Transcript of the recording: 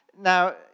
Now